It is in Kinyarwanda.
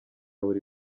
buri